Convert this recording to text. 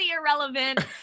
irrelevant